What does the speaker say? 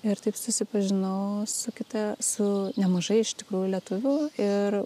ir taip susipažinau su kita su nemažai iš tikrųjų lietuvių ir